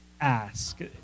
ask